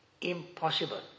impossible